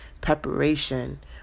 Preparation